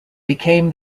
became